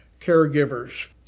caregivers